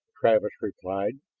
travis replied.